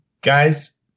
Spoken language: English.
guys